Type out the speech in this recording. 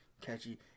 catchy